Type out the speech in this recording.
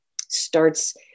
starts